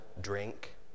drink